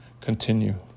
Continue